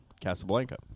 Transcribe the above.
Casablanca